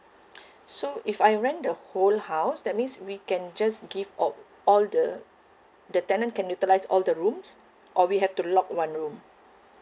so if I rent the whole house that means we can just give all all the the tenant can utilise all the rooms or we have to lock one room